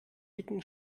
dicken